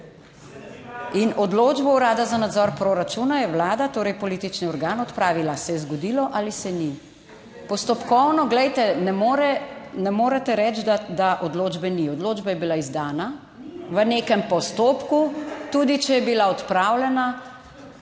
In odločbo urada za nadzor proračuna je vlada, torej politični organ, odpravila. Se je zgodilo ali se ni? Postopkovno, glejte, ne morete reči, da odločbe ni, odločba je bila izdana v nekem postopku, tudi, če je bila odpravljena